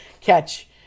catch